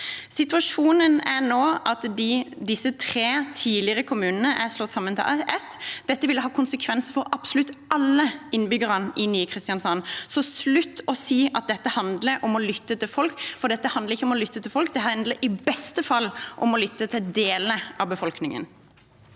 Situasjonen er nå at disse tre tidligere kommunene er slått sammen til én. Dette vil ha konsekvenser for absolutt alle innbyggerne i nye Kristiansand. Slutt å si at dette handler om å lytte til folk, for det handler ikke om å lytte til folk, det handler i beste fall om å lytte til deler av befolkningen.